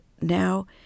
now